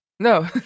No